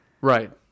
Right